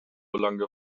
longer